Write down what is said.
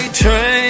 train